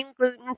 gluten